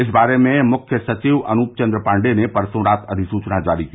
इस बारे में मुख्य सचिव अनूप चंद्र पांडे ने परसों रात अधिसुचना जारी की